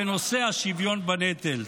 בנושא השוויון בנטל.